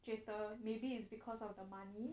觉得 maybe it's because of the money